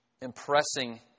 impressing